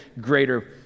greater